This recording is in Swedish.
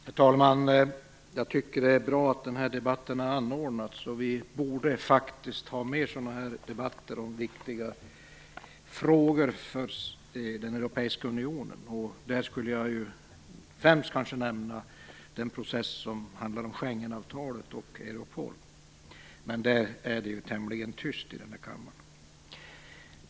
Herr talman! Jag tycker att det är bra att den här debatten anordnats. Vi borde faktiskt ha fler sådana här debatter om viktiga frågor för den europeiska unionen. Där skulle jag främst vilja nämna den process som handlar om Schengenavtalet och Europol. Men där är det tämligen tyst i denna kammare.